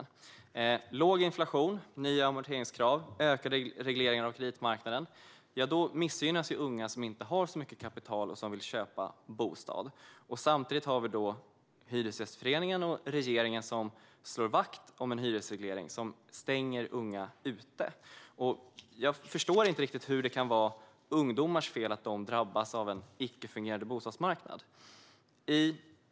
En låg inflation, nya amorteringskrav och en ökad reglering av kreditmarknaden missgynnar unga som inte har så mycket kapital och som vill köpa bostad. Samtidigt har vi Hyresgästföreningen och regeringen som slår vakt om en hyresreglering som stänger unga ute. Jag förstår inte riktigt hur det kan vara ungdomars fel att de drabbas av en icke fungerande bostadsmarknad.